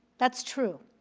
that's true,